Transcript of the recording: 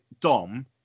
Dom